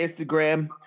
Instagram